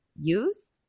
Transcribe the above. use